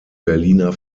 berliner